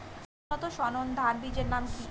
উন্নত সর্ন ধান বীজের নাম কি?